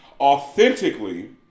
authentically